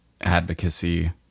advocacy